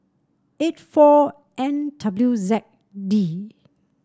eight four N W Z D